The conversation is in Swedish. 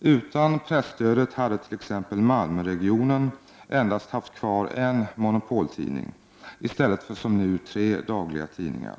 Utan presstödet hade t.ex. Malmöregionen endast haft kvar en monopoltidning i stället för som nu tre dagliga tidningar.